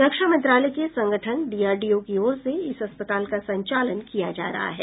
रक्षा मंत्रालय के संगठन डीआरडीओ की ओर से इस अस्पताल का संचालन किया जा रहा है